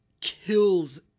kills